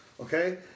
Okay